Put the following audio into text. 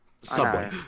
Subway